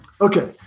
Okay